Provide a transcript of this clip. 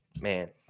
man